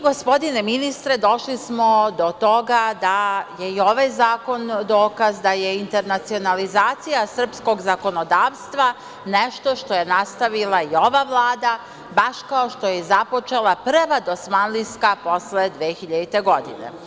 Gospodine ministre, došli smo do toga da je i ovaj zakon dokaz da je internacionalizacija srpskog zakonodavstva nešto što je nastavila i ova Vlada, baš kao što je i započela prva dosmanlijska posle 2000. godine.